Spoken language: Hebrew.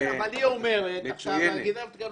כן, אבל עכשיו אומרת הגברת גאל